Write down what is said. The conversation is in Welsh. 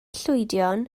llwydion